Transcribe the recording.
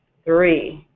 three,